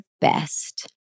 best